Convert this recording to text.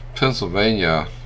Pennsylvania